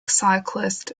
cyclist